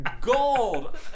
gold